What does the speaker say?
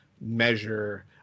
measure